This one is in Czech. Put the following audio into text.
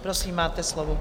Prosím, máte slovo.